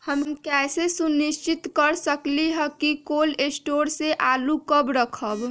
हम कैसे सुनिश्चित कर सकली ह कि कोल शटोर से आलू कब रखब?